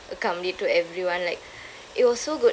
accommodate to everyone like it was so good